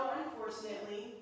unfortunately